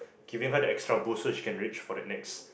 giving her that extra boost so she can reach for that next